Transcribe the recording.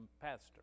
pastor